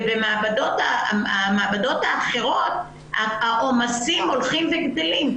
במעבדות האחרות העומסים הולכים וגדלים.